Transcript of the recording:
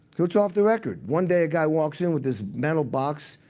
so it's off the record. one day, a guy walks in with this metal box.